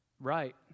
Right